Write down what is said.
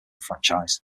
franchise